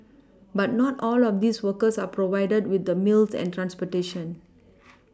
but not all of these workers are provided with the meals and transportation